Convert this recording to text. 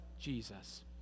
Jesus